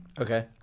Okay